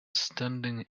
standing